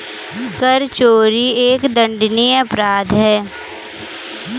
कर चोरी एक दंडनीय अपराध है